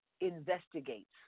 Investigates